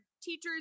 teachers